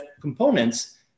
components